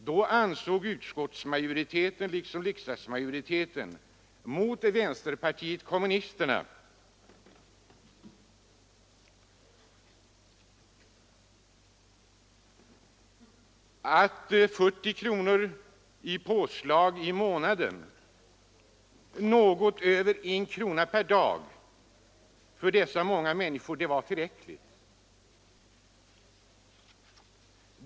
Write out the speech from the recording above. Då ansåg utskottsmajoriteten — liksom riksdagsmajoriteten — mot vänsterpartiet kommunisterna att 40 kronor i påslag per månad, något över en krona per dag, var tillräckligt för dessa många människor.